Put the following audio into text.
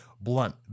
blunt